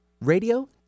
radio